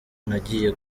nagiye